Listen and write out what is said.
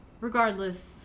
Regardless